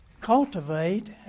Cultivate